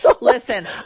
Listen